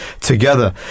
together